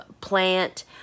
plant